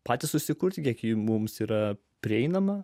patys susikurti kiek ji mums yra prieinama